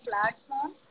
platform